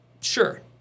sure